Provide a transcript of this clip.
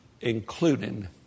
including